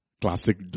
Classic